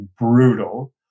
brutal